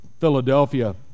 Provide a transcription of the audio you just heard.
Philadelphia